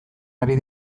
ari